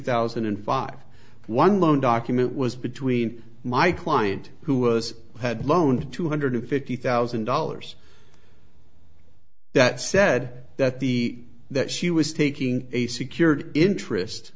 thousand and five one loan document was between my client who was had loaned two hundred fifty thousand dollars that said that the that she was taking a secured interest